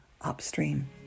upstream